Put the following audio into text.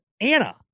Anna